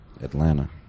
Atlanta